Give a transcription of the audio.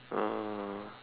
ah